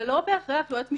זה לא בהכרח יועץ משפטי,